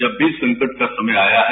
जब भी संकट का समय आया है